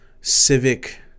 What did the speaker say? civic